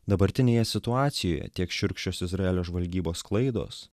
dabartinėje situacijoje tiek šiurkščios izraelio žvalgybos klaidos